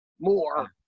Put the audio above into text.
more